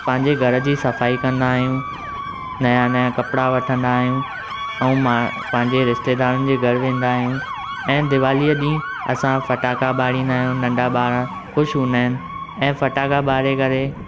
पंहिंजे घर जी सफाई कंदा आहियूं नवां नवां कपड़ा वठंदा आहियूं ऐं मां पंहिंजे रिश्तेदारनि जे घरि वेंदा आहियूं ऐं दिवालीअ ॾींहुं असां फटाका ॿारींदा आहियूं नंढा ॿार खुश हूंदा आहिनि ऐं फटाका ॿारे करे